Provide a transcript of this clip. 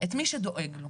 את מי שדואג לו.